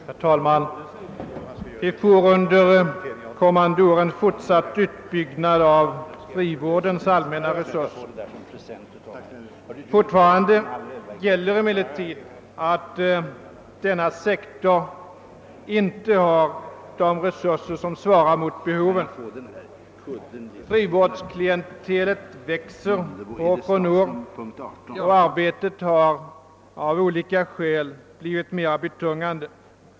Herr talman! Vi får under kommande år en fortsatt utbyggnad av frivårdens allmänna resurser. Fortfarande gäller emellertid att denna sektor inte har resurser som svarar mot behoven. Frivårdsklientelet växer år från år, och arbetet har av olika skäl blivit mera betungande.